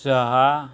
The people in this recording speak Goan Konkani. सहा